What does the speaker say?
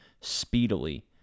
speedily